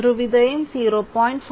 ധ്രുവീയതയും 0